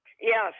Yes